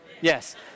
yes